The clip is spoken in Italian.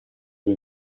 due